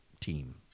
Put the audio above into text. team